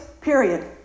period